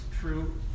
true